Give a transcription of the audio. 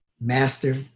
master